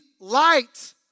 light